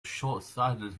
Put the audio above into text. shortsighted